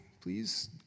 please